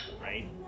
right